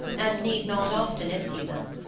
and need not often issue them.